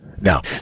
Now